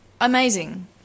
Amazing